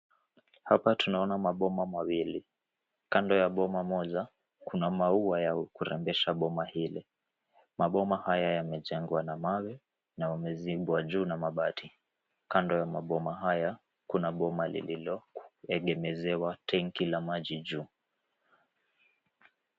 Hapa tunaona maboma mawili, kando ya boma moja kuna maua ya kurembesha boma hili. Maboma haya yamejengwa na mawe na yamezibwa juu na mabati. Kando ya maboma haya kuna boma lililoegemezewa tenki la maji juu.